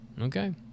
Okay